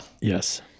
Yes